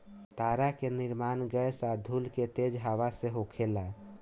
तारा के निर्माण गैस आ धूल के तेज हवा से होखेला